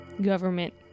government